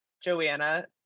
joanna